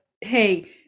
hey